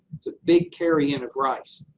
it's a big carryin of rice.